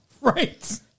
Right